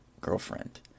girlfriend